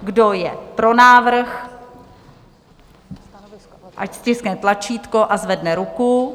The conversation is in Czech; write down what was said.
Kdo je pro návrh, ať stiskne tlačítko a zvedne ruku.